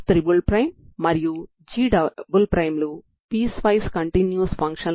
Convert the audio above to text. దీనిని మీరు లెక్కిస్తే మీరు 0L2n1πx2L dx0L1cos 2n1πxL 2dxL2sin 2n1πxL